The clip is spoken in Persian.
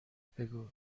بگو